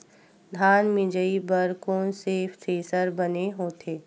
धान मिंजई बर कोन से थ्रेसर बने होथे?